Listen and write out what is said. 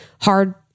hard